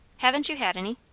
haven't you had any?